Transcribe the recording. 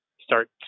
start